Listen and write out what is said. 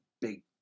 big